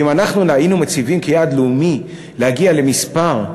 אם אנחנו היינו מציבים כיעד לאומי להגיע למספר של